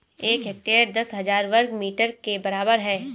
एक हेक्टेयर दस हजार वर्ग मीटर के बराबर है